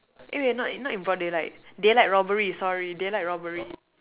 eh wait not in not in broad daylight daylight robbery sorry daylight robbery